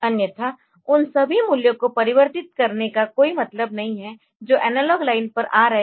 अन्यथा उन सभी मूल्यों को परिवर्तित करने का कोई मतलब नहीं है जो एनालॉग लाइन पर आ रहे है